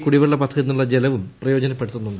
കുടിവെള്ള പദ്ധതിയിൽ നിന്നുള്ള ജലവും പ്രയോജനപ്പെടുത്തുന്നുണ്ട്